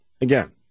Again